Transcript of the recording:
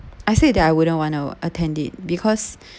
I said that I wouldn't want to attend it because